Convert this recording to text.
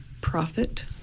profit